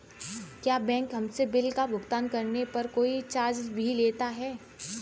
क्या बैंक हमसे बिल का भुगतान करने पर कोई चार्ज भी लेता है?